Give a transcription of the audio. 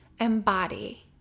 embody